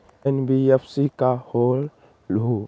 NBFC का होलहु?